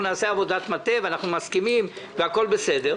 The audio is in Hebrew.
נעשה עבודת מטה ואנחנו מסכימים והכול בסדר".